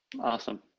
Awesome